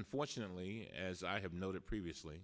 unfortunately as i have noted previously